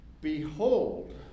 Behold